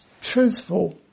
truthful